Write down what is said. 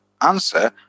answer